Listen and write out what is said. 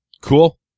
Cool